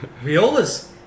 Viola's